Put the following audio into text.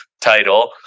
title